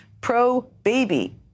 pro-baby